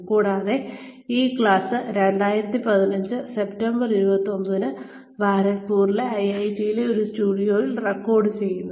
കൂടാതെ ഈ class 2015 September 29 ന് ഖരഗ്പൂരിലെ ഐഐടിയിലെ ഒരു സ്റ്റുഡിയോയിൽ റെക്കോർഡ് ചെയ്യുന്നു